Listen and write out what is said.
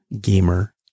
Gamer